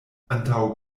antaŭ